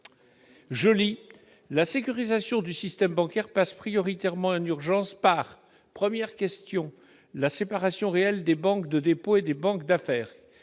228. « La sécurisation du système bancaire passe prioritairement et en urgence par la séparation réelle des banques de dépôt et des banques d'affaires »